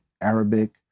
Arabic